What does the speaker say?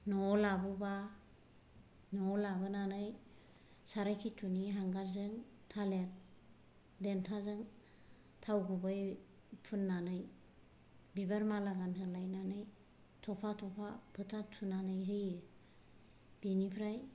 न'वाव लाबोबा न'वाव लाबोनानै साराय खिथुनि हांगारजों थालेर देन्थाजों थाव गुबै फुननानै बिबार माला गानहोलायनानै थफा थफा फोथा थुनानै होयो बिनिफ्राय